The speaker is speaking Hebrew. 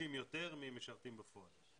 ביקושים יותר ממשרתים בפועל.